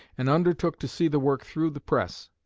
and undertook to see the work through the press.